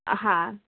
হা